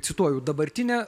cituoju dabartinė